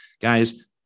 Guys